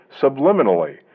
subliminally